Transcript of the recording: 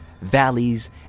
valleys